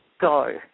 go